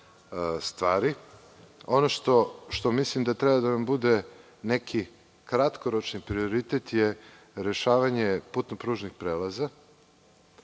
stvari. Ono što mislim da treba da nam bude neki kratkoročni prioritet je rešavanje putno-pružnih prelaza.